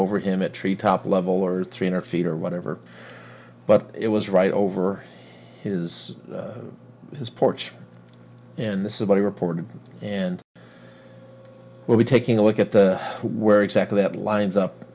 over him a tree top level or three hundred feet or whatever but it was right over his his porch in the somebody reported and we'll be taking a look at the where exactly that lines up